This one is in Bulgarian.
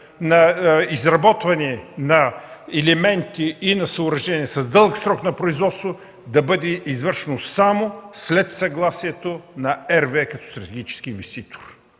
на изработването на елементи и съоръжения с дълъг срок на производство да бъде извършвано само след съгласие на RWE като стратегически инвеститор.